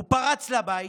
הוא פרץ לבית,